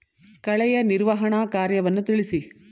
ಕಳೆಯ ನಿರ್ವಹಣಾ ಕಾರ್ಯವನ್ನು ತಿಳಿಸಿ?